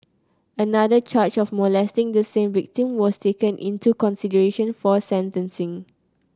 another charge of molesting the same victim was taken into consideration for sentencing